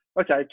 okay